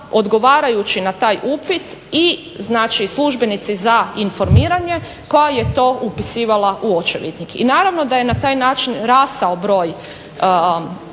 odgovarajući na taj upit i znači službenici za informiranje koja je to upisivala u očevidnik. I naravno da je na taj način rastao broj